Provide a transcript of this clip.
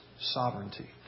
sovereignty